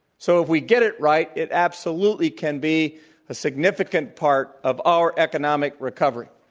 so, if we get it right, it absolutely can be a significant part of our economic recovery.